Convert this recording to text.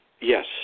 Yes